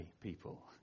people